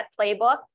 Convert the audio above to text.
playbook